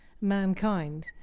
mankind